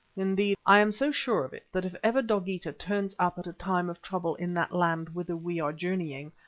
indeed, i am so sure of it that if ever dogeetah turns up at a time of trouble in that land whither we are journeying,